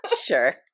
Sure